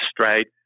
straight